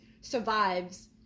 survives